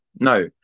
no